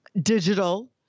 digital